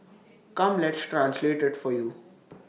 come let's translate IT for you